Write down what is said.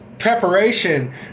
preparation